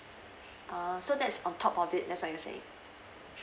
ah so that's on top of it that's what you saying